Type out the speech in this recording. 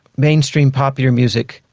mainstream popular music,